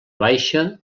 baixa